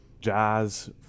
jazz